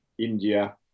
India